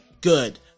good